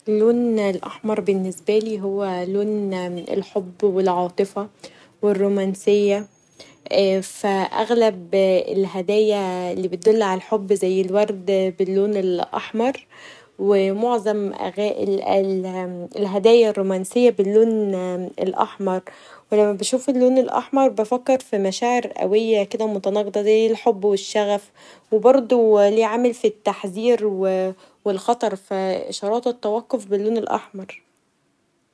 اللون الأحمر بالنسبالي هو لون الحب و العاطفه و الرومانسيه فاغلب الهدايا اللي بدل علي الحب زي الورد باللون الأحمر و معظم الهدايا الرومانسيه باللون الأحمر و لما بشوف اللون الأحمر بفكر في مشاعر قويه كدا متناقضه زي الحب و الشغف و برضو له عامل في التحذير و الخطر و إشارات التوقف باللون الاحمر.